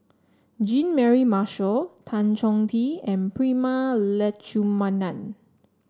Jean Mary Marshall Tan Chong Tee and Prema Letchumanan